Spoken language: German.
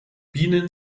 bienen